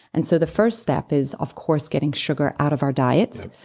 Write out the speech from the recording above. and so the first step is of course getting sugar out of our diets,